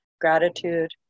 gratitude